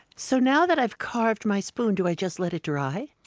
so now that i've carved my spoon, do i just let it dry?